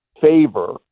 favor